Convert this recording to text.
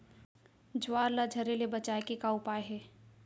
ज्वार ला झरे ले बचाए के का उपाय हे?